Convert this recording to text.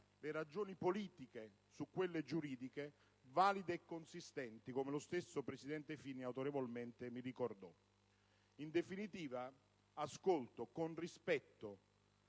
le ragioni politiche su quelle giuridiche, valide e consistenti, come lo stesso presidente Fini autorevolmente mi ricordò. In definitiva, ascolto con rispetto